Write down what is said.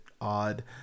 odd